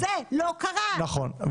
נכון.